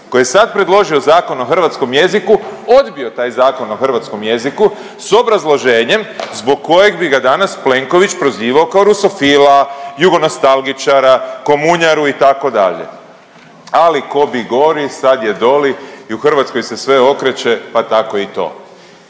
koji je sad predložio Zakon o hrvatskom jeziku, odbio taj Zakon o hrvatskom jeziku s obrazloženjem zbog kojeg bi ga danas Plenković prozivao kao rusofila, jugonostalgičara, komunjaru itd. Ali ko bi gori, sad je doli i u Hrvatskoj se sve okreće pa tako i to.